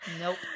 nope